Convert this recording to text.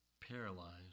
paralyzed